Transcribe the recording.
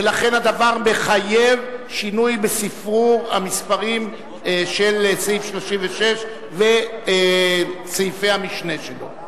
ולכן הדבר מחייב שינוי בספרור המספרים של סעיף 36 וסעיפי המשנה שלו.